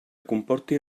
comporti